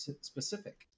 specific